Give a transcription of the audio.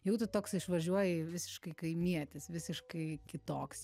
jau tu toks išvažiuoji visiškai kaimietis visiškai kitoks